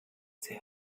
sehr